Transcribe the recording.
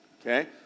Okay